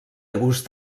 gust